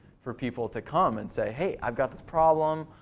for people to come and say, hey, i've got this problem.